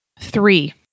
Three